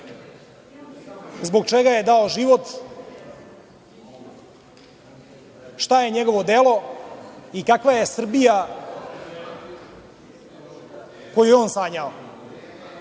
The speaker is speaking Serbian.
zbog čega je dao život, šta je njegovo delo i kakva je Srbija koju je on sanjao. Vi